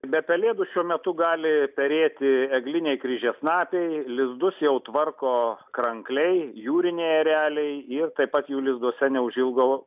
be pelėdų šiuo metu gali perėti egliniai kryžiasnapiai lizdus jau tvarko krankliai jūriniai ereliai ir taip pat jų lizduose neužilgo